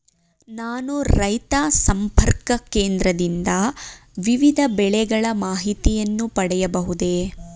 ನಾನು ರೈತ ಸಂಪರ್ಕ ಕೇಂದ್ರದಿಂದ ವಿವಿಧ ಬೆಳೆಗಳ ಮಾಹಿತಿಯನ್ನು ಪಡೆಯಬಹುದೇ?